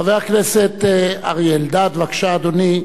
חבר הכנסת אריה אלדד, בבקשה, אדוני.